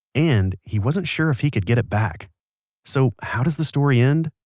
and he wasn't sure if he could get it back so how does the story end?